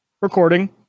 recording